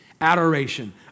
Adoration